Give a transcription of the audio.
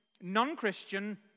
non-Christian